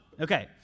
Okay